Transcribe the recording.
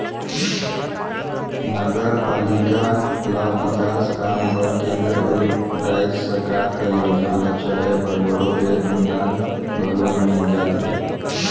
नगरपालिका ल बिकास काम बर केंद्र अउ राएज सरकार कर योजना ल चलाए बर बरोबेर अनुदान घलो मिल जाथे